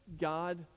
God